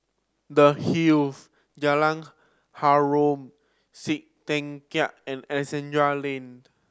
The Hive Jalan Harom Setangkai and Alexandra Lane